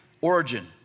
Origin